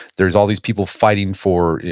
there's all these people fighting for,